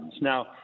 Now